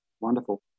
wonderful